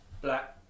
black